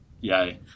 yay